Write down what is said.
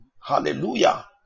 hallelujah